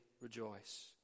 rejoice